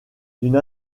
d’une